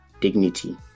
dignity